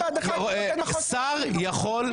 שר יכול,